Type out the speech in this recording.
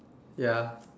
ya